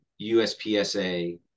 USPSA